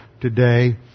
today